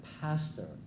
pastor